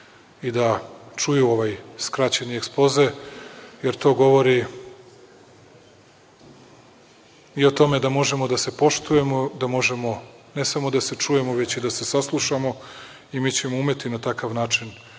i da čuju ovaj skraćeni ekspoze, jer to govori i o tome da možemo da se poštujemo, da možemo ne samo da se čujemo već i da se saslušamo. Mi ćemo umeti na takav način